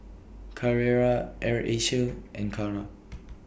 Carrera Air Asia and Kara